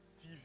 TV